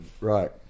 Right